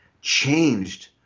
changed